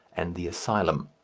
and the asylum.